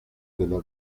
della